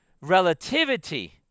relativity